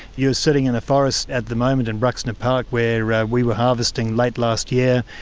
you're sitting in a forest at the moment in bruxner park where we were harvesting late last year.